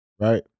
Right